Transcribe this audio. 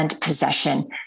possession